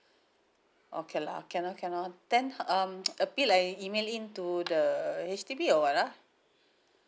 okay lah can lor can lor then um appeal I email in to the H_D_B or what ah